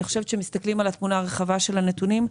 אני חושבת שכשמסתכלים על התמונה הרחבה של הנתונים,